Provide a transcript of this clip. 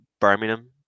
Birmingham